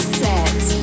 set